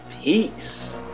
Peace